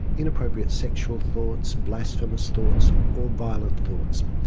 inappropriate sexual thoughts, blasphemous thoughts or violent thoughts.